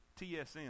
TSM